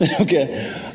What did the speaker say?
Okay